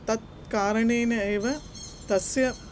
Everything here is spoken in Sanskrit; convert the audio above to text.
तत् कारणेन एव तस्य